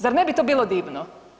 Zar ne bi to bilo divno.